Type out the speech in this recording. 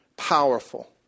Powerful